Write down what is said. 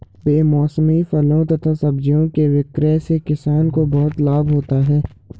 बेमौसमी फलों तथा सब्जियों के विक्रय से किसानों को बहुत लाभ होता है